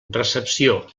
recepció